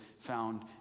found